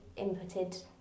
inputted